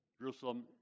Jerusalem